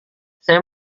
saya